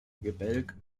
gebälk